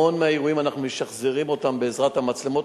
המון מהאירועים אנחנו משחזרים בעזרת המצלמות,